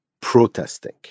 protesting